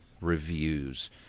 reviews